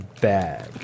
bag